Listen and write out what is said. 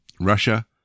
Russia